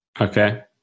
Okay